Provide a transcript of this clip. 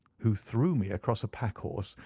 who threw me across a pack-horse,